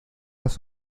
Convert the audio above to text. las